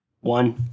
One